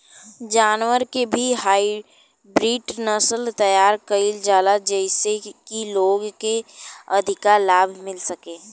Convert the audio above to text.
जानवर के भी हाईब्रिड नसल तैयार कईल जाता जेइसे की लोग के अधिका लाभ मिल सके